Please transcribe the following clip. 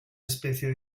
especie